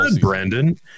Brandon